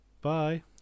Bye